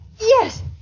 Yes